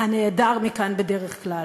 הנעדר מכאן בדרך כלל,